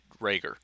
Rager